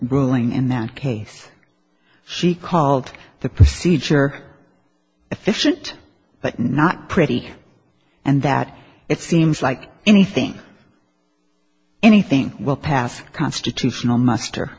ruling in that case she called the seizure efficient but not pretty and that it seems like anything anything will pass constitutional muster